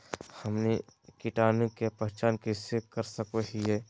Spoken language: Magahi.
हमनी कीटाणु के पहचान कइसे कर सको हीयइ?